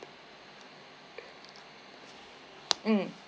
mm